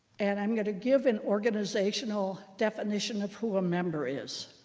and i'm going to give an organizational definition of who a member is.